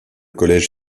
collège